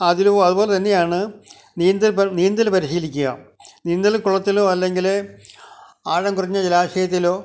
അതിലും അതുപോലെത്തന്നെയാണ് നീന്തല് നീന്തൽ പരിശീലിക്കുക നീന്തല്ക്കുളത്തിലോ അല്ലെങ്കിൽ ആഴം കുറഞ്ഞ ജലശായത്തിലോ